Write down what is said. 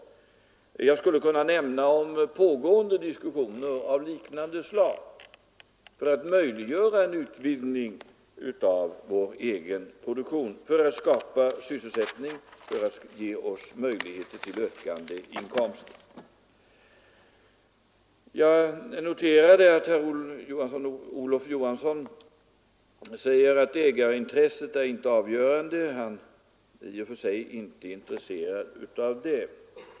Jag skulle kunna nämna pågående diskussioner om liknande projekt syftande till att möjliggöra en utvidgning av vår egen produktion, skapa sysselsättning och ge oss ökade inkomster. Jag noterade att herr Olof Johansson sade att ägarintresset inte är avgörande och att han i och för sig inte är intresserad av det.